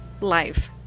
life